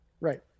Right